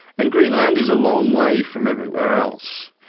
and greenland is a long way from everywhere else.